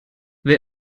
wer